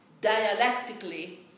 dialectically